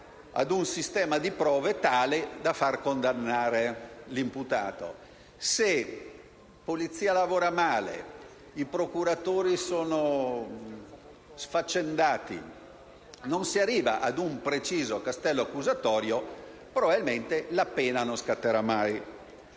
Se la polizia lavora male, i procuratori sono sfaccendati e non si arriva ad un preciso castello accusatorio, probabilmente la pena non scatterà mai.